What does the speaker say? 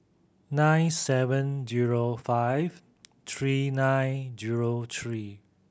nine seven zero five three nine zero three